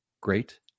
great